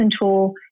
Tool